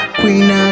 queen